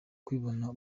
kwibona